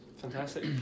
fantastic